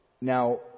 Now